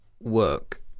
work